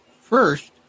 first